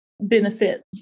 benefit